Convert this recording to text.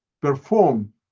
perform